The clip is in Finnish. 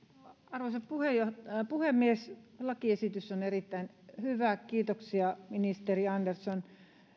arvoisa puhemies lakiesitys on erittäin hyvä kiitoksia ministeri andersson